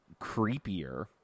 creepier